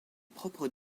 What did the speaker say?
propres